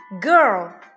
girl